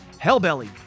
Hellbelly